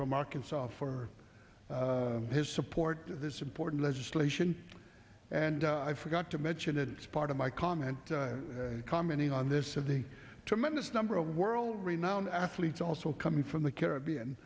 from arkansas for his support of this important legislation and i forgot to mention it is part of my comment commenting on this of the tremendous number of world renowned athletes also coming from the caribbean